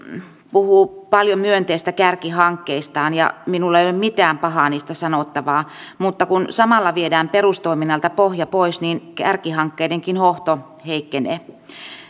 puhuu paljon myönteistä kärkihankkeistaan ja minulla ei ole niistä mitään pahaa sanottavaa mutta kun samalla viedään perustoiminnalta pohja pois niin kärkihankkeidenkin hohto heikkenee